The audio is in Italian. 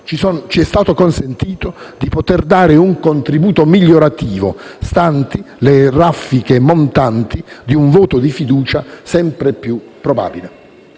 ci è stato consentito di poter dare un contributo migliorativo, stanti le raffiche montanti di un voto di fiducia sempre più probabile.